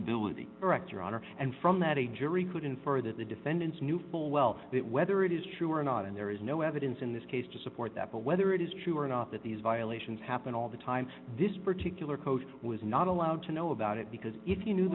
honor and from that a jury could infer that the defendants knew full well that whether it is true or not and there is no evidence in this case to support that but whether it is true or not that these violations happen all the time this particular coach was not allowed to know about it because if you knew